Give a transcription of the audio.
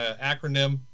acronym